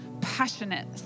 passionate